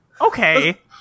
Okay